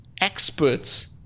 experts